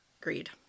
Agreed